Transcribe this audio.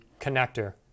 connector